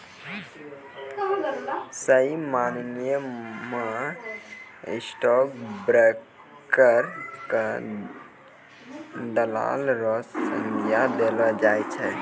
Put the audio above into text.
सही मायना म स्टॉक ब्रोकर क दलाल र संज्ञा देलो जाय छै